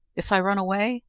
if i run away,